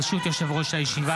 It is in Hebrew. ברשות יושב-ראש הישיבה,